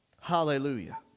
hallelujah